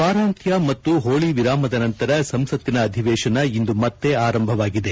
ವಾರಾಂತ್ನ ಮತ್ನು ಹೋಳಿ ವಿರಾಮದ ನಂತರ ಸಂಸತಿನ ಅಧಿವೇಶನ ಇಂದು ಮತ್ನೆ ಆರಂಭವಾಗಿದೆ